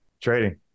trading